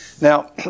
Now